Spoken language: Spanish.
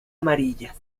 amarillas